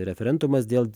referendumas dėl